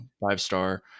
five-star